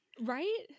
Right